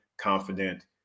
confident